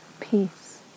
peace